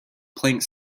plank